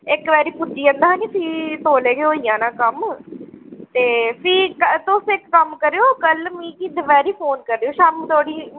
इक बारी पुज्जी जंदा हा निं फ्ही तौले गै होई जाना कम्म ते फ्ही तुस इक कम्म करेओ कल्ल मिगी दपैह्रींफोन करेओ शामीं धोड़ी